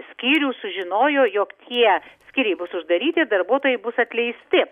skyrių sužinojo jog tie skyriai bus uždaryti darbuotojai bus atleisti